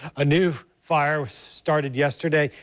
a new fire started yesterday,